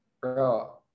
Bro